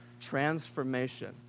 transformation